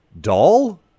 Doll